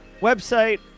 website